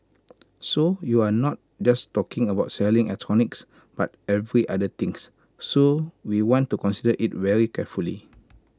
so you're not just talking about selling electronics but every other thinks so we want to consider IT very carefully